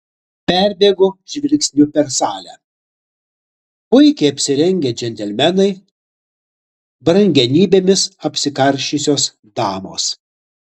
perbėgo žvilgsniu per salę puikiai apsirengę džentelmenai brangenybėmis apsikarsčiusios damos